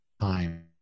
time